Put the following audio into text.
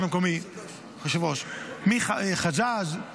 יושב-ראש השלטון המקומי, מחג'ג', למה?